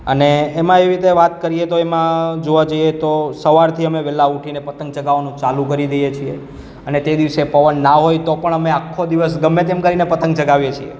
અને એમાં એવી રીતે વાત કરીએ તો એમાં જોવા જઈએ તો સવારથી અમે વહેલા ઊઠીને પતંગ ચગાવવાનું ચાલુ કરી દઈએ છીએ અને તે દિવસે પવન ન હોય તો પણ અમે આખો દિવસ ગમે તેમ કરીને પતંગ ચગાવીએ છીએ